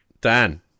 Dan